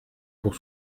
pour